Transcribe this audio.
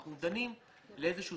אני פותח